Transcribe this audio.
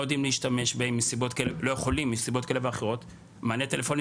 יכולים להשתמש בהם מסיבות כאלה ואחרות ומענה טלפוני